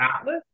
Atlas